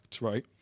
right